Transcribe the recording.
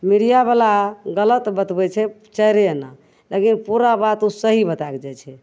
मीडिआवला गलत बतबै छै चारिए आना लेकिन पूरा बात ओ सही बतैके जाइ छै